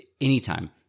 anytime